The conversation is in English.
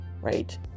right